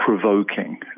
Provoking